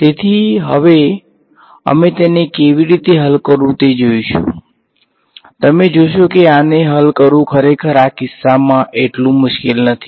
તેથી હવે અમે તેને કેવી રીતે હલ કરવું તે જોઈશું તમે જોશો કે આને હલ કરવું ખરેખર આ કિસ્સામાં એટલું મુશ્કેલ નથી